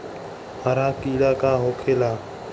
हरा कीड़ा का होखे ला?